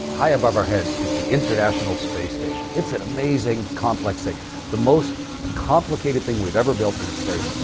high above our heads is the international space station. it's an amazing, complex thing the most complicated thing we've ever built in space,